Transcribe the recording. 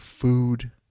food